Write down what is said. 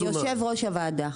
אדוני יו"ר הוועדה,